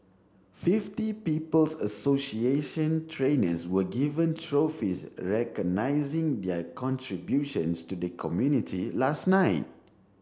Fifty People's Association trainers were given trophies recognising their contributions to the community last night